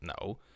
no